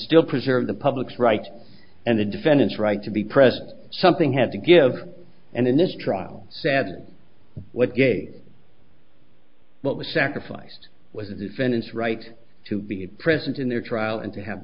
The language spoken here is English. still preserve the public's right and the defendant's right to be present something had to give and in this trial sad what gave what was sacrificed was the defendant's right to be present in their trial and to have